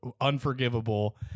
Unforgivable